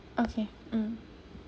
okay mm